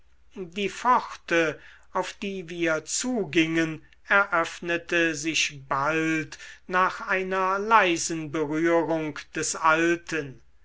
die pforte auf die wir zugingen eröffnete sich bald nach einer leisen berührung des alten